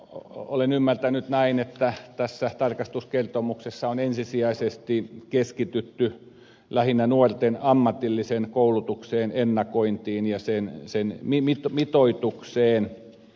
olen ymmärtänyt näin että tässä tarkastuskertomuksessa on ensisijaisesti keskitytty lähinnä nuorten ammatillisen koulutuksen ennakointiin ja sen mitoitukseen